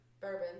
Bourbon